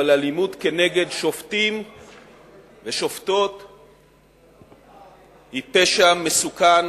אבל אלימות כנגד שופטים ושופטות היא פשע מסוכן,